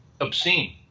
obscene